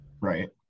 Right